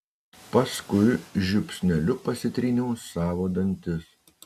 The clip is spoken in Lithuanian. paskui žiupsneliu pasitryniau savo dantis